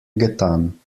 getan